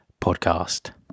podcast